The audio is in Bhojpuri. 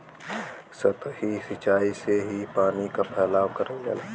सतही सिचाई से ही पानी क फैलाव करल जाला